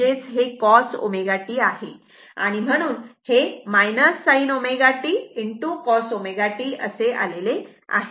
म्हणजेच हे cos ω t आहे आणि म्हणून sin ω t cos ω t असे आले आहे